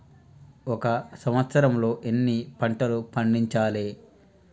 ఒక సంవత్సరంలో ఎన్ని పంటలు పండించాలే?